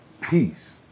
peace